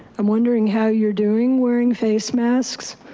i'm wondering how you're doing wearing face masks.